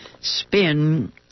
spin